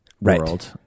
world